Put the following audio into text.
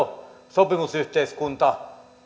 sopimusyhteiskunta